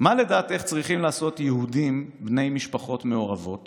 "מה לדעתך צריכים לעשות יהודים בני משפחות מעורבות